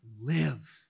live